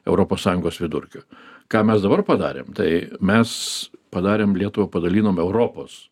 europos sąjungos vidurkio ką mes dabar padarėm tai mes padarėm lietuvą padalinom europos